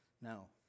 No